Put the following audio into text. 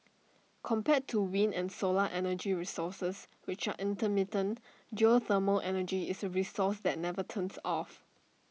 compared to wind and solar energy resources which are intermittent geothermal energy is A resource that never turns off